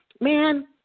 Man